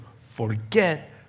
forget